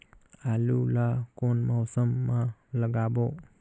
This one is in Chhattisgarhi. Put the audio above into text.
आलू ला कोन मौसम मा लगाबो?